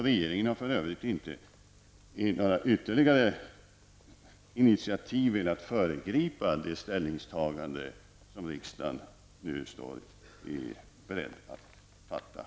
Regeringen har för övrigt inte tagit några ytterligare initiativ för att föregripa det ställningstagande som riksdagen nu står beredd att göra i dag.